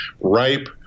ripe